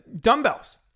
dumbbells